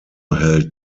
held